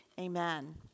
Amen